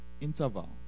interval